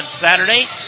Saturday